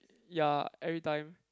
ya every time